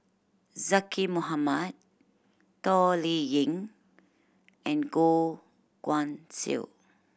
Zaqy Mohamad Toh Liying and Goh Guan Siew